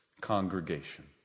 congregation